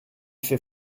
fait